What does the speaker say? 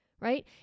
right